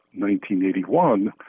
1981